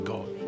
God